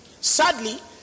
Sadly